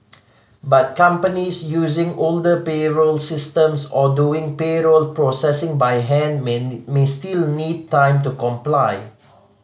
but companies using older payroll systems or doing payroll processing by hand may still need time to comply